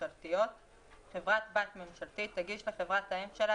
ממשלתיות 3. חברת בת ממשלתית תגיש לחברת האם שלה